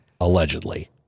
allegedly